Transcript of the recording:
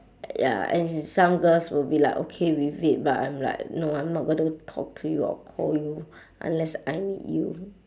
ya and some girls will be like okay with it but I'm like no I'm not going to talk to you or call you unless I need you